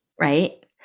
right